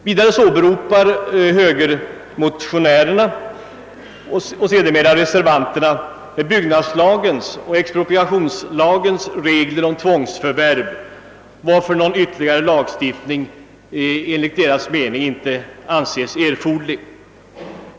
Vidare åberopar högermotionärerna och sedermera reservanterna byggnadslagens och expropriationslagens regler om tvångsförvärv. Någon ytterligare lagstiftning är enligt deras mening inte erforderlig.